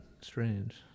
strange